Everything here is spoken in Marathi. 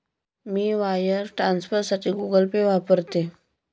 मी वायर ट्रान्सफरसाठी गुगल पे वापरते